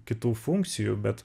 kitų funkcijų bet